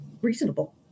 reasonable